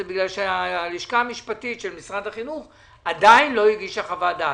זה בגלל שהלשכה המשפטית של משרד החינוך עדיין לא הגישה חוות דעת.